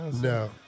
No